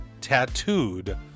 tattooed